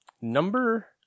Number